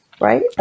right